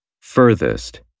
Furthest